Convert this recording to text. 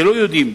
שלא יודעים